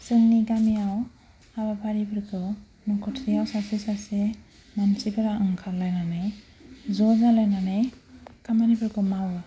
जोंनि गामियाव हाबाफारिफोरखौ नखरसेयाव सासे सासे मानसिफोरा ओंखारलायनानै ज' जालायनानै खामानिफोरखौ मावो